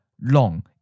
long